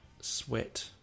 sweat